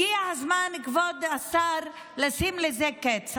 הגיע הזמן, כבוד השר, לשים לזה קץ.